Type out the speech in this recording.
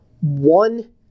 one